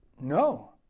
No